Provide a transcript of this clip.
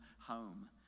home